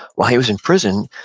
while he was in prison,